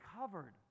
covered